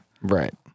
Right